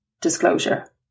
disclosure